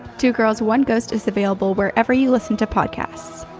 two girls one ghost is available wherever you listen to podcasts.